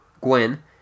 Gwen